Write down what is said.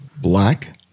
black